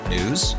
News